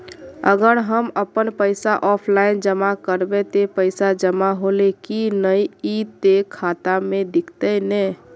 अगर हम अपन पैसा ऑफलाइन जमा करबे ते पैसा जमा होले की नय इ ते खाता में दिखते ने?